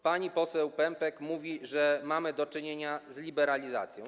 Pani poseł Pępek mówi, że mamy do czynienia z liberalizacją.